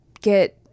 get –